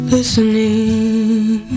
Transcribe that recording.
Listening